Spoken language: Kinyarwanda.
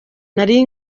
nari